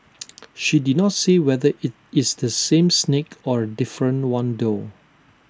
she did not say whether IT is the same snake or A different one though